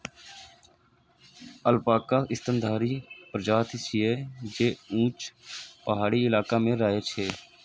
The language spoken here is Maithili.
अल्पाका स्तनधारी प्रजाति छियै, जे ऊंच पहाड़ी इलाका मे रहै छै